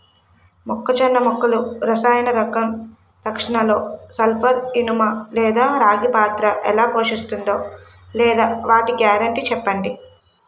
మొక్కజొన్న మొక్కల రసాయన రక్షణలో సల్పర్, ఇనుము లేదా రాగి పాత్ర ఎలా పోషిస్తుందో లేదా వాటి గ్యారంటీ చెప్పండి